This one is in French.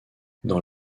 dans